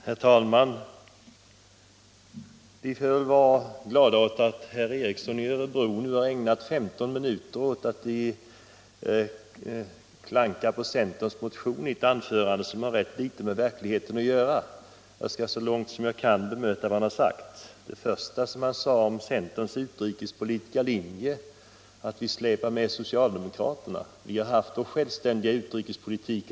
Herr talman! Vi får väl vara glada för att herr Ericson i Örebro ägnat 11 minuter åt att klanka på centerns motion i ett anförande som har rätt litet med verkligheten att göra. Jag skall så långt jag kan bemöta vad han har sagt. Beträffande det första som herr Ericson sade om centerns utrikespolitiska linje, att vi släpar med socialdemokraterna, vill jag påpeka att centern har haft sin självständiga utrikespolitik.